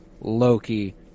Loki